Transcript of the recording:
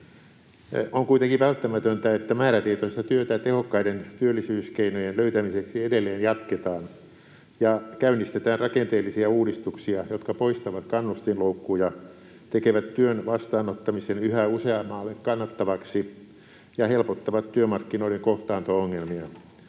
On kuitenkin välttämätöntä, että määrätietoista työtä tehokkaiden työllisyyskeinojen löytämiseksi edelleen jatketaan ja käynnistetään rakenteellisia uudistuksia, jotka poistavat kannustinloukkuja, tekevät työn vastaanottamisen yhä useammalle kannattavaksi ja helpottavat työmarkkinoiden kohtaanto-ongelmia.